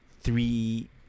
three